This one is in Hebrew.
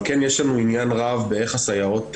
אבל כן יש לנו עניין רב באיך הסייעות,